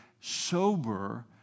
sober